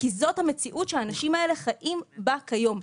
כי זאת המציאות שהאנשים האלה חיים בה כיום.